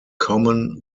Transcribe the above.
common